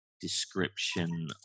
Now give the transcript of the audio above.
description